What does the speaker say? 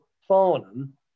Farnham